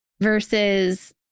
versus